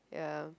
ya